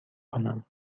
کنم